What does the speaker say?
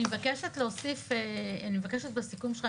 אני מבקשת בסיכום שלך,